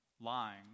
lying